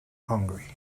hungry